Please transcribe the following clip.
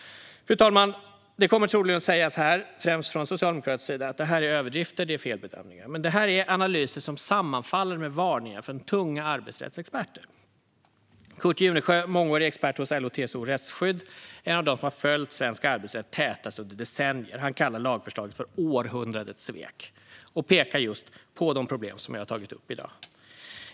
Fru talman! Det kommer troligen att sägas här, främst från socialdemokratisk sida, att detta är överdrifter och felbedömningar. Men det här är analyser som sammanfaller med varningar från tunga arbetsrättsexperter. Kurt Junesjö, mångårig expert hos LO-TCO Rättsskydd, är en av dem som har följt svensk arbetsrätt tätast under decennier. Han kallar lagförslaget för århundradets svek och pekar på just de problem som jag har tagit upp i dag.